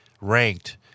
ranked